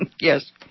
Yes